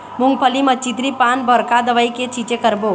मूंगफली म चितरी पान बर का दवई के छींचे करबो?